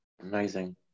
amazing